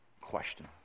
Question